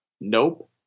nope